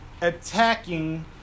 attacking